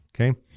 Okay